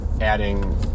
adding